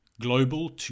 global